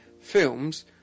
films